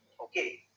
Okay